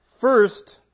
First